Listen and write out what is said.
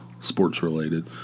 sports-related